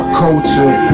culture